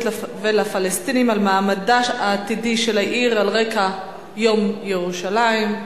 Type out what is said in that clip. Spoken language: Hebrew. ולפלסטינים על מעמדה העתידי של העיר על רקע יום ירושלים.